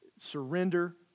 surrender